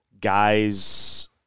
guys